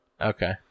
Okay